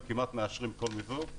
הם מאשרים כמעט כל מיזוג,